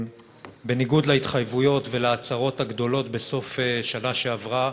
בניגוד להתחייבויות ולהצהרות הגדולות בסוף השנה שעברה,